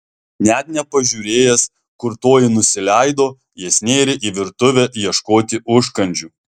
net nepažiūrėjęs kur toji nusileido jis nėrė į virtuvę ieškoti užkandžių